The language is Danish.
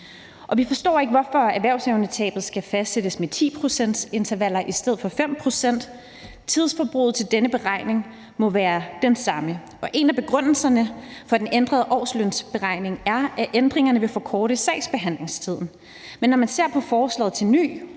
Vi forstår ikke, hvorfor erhvervsevnetabet skal fastsættes med 10-procentsintervaller i stedet for 5-procentsintervaller. Tidsforbruget til denne beregning må være det samme, og en af begrundelserne for den ændrede årslønsberegning er, at ændringerne vil forkorte sagsbehandlingstiden. Men når man ser på forslaget til en